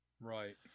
Right